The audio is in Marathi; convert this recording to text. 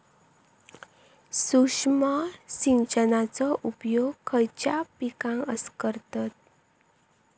सूक्ष्म सिंचनाचो उपयोग खयच्या पिकांका करतत?